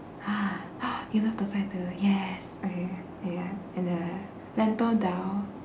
ah you love thosai too yes okay yeah and the lentil dhal